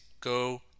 go